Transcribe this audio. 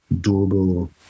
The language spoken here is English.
durable